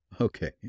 Okay